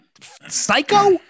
psycho